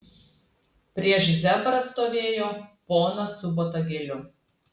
prieš zebrą stovėjo ponas su botagėliu